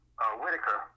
Whitaker